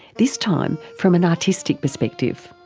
this time, from an artistic perspective.